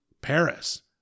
Paris